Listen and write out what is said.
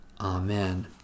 Amen